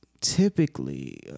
typically